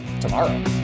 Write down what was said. tomorrow